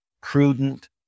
Prudent